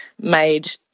made